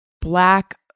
black